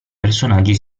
personaggi